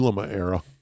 era